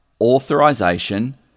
authorization